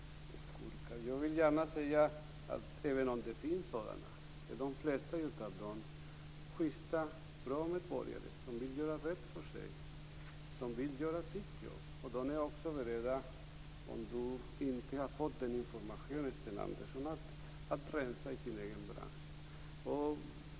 Även om det finns sådana vill jag gärna säga att de flesta är schysta och bra medborgare som vill göra rätt för sig och som vill göra sitt jobb. Sten Andersson kanske inte har fått information om att de också är beredda att rensa i sin egen bransch.